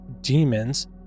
demons